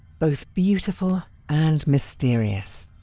both beautiful and mysterious.